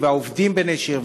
והעובדים בנשר,